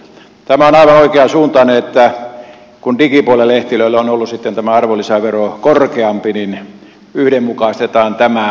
tämä on aivan oikeansuuntainen että kun digipuolen lehdillä on ollut sitten tämä arvonlisävero korkeampi niin yhdenmukaistetaan tämä